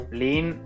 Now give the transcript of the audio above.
lean